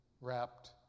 wrapped